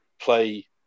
play